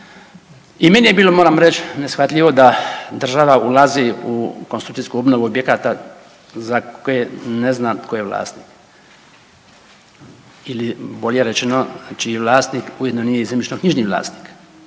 i meni je bilo moram reći neshvatljivo da država ulazi u konstrukcijsku obnovu objekata za koje ne zna tko je vlasnik ili bolje rečeno čiji vlasnik ujedno nije i zemljišno-knjižni vlasnik.